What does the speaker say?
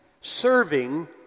serving